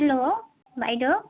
hello বাইদেউ